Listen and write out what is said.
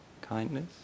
kindness